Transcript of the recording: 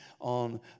on